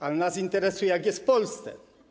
Ale nas interesuje, jak jest w Polsce.